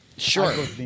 Sure